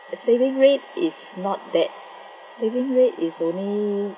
uh saving rate is not that saving rate is only